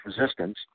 Resistance